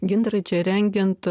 gintarai čia rengiant